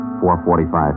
4.45